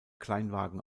kleinwagen